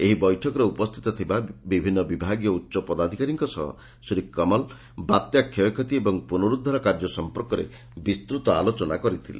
ଏହି ବୈଠକରେ ଉପସ୍ଥିତ ଥିବା ବିଭିନ୍ ବିଭାଗୀୟ ଉଚ୍ଚପଦାଧିକାରୀଙ୍କ ସହ ଶ୍ରୀ କମଲ ବାତ୍ୟା ଷୟକ୍ଷତି ଏବଂ ପୁନରୁଦ୍ଧାର କାର୍ଯ୍ୟ ସମ୍ପର୍କରେ ବିସ୍ତତ ଆଲୋଚନା କରିଥିଲେ